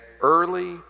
early